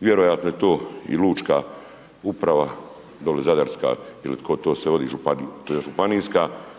vjerojatno je to i lučka uprava dole zadarska ili tko to sve vodi, županijska.